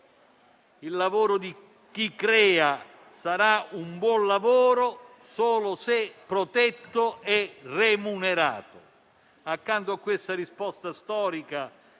Il lavoro di chi crea sarà un buon lavoro solo se protetto e remunerato. Accanto a questa risposta storica,